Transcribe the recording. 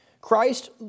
Christ